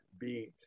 beat